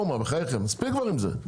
מספיק עם זה.